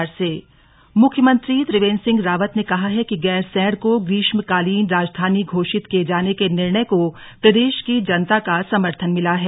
जन समर्थन मुख्यमंत्री त्रिवेन्द्र सिंह रावत ने कहा है कि गैरसैंण को ग्रीष्मकालीन राजधानी घोषित किए जाने के निर्णय को प्रदेश की जनता का समर्थन मिला है